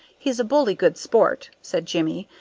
he's a bully good sport, said jimmie,